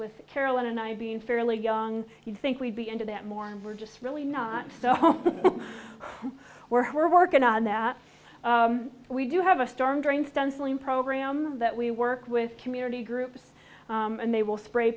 with carolyn and i being fairly young you think we'd be into that more and we're just really not so we're we're working on that we do have a storm drain stenciling program that we work with community groups and they will spray